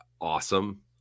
awesome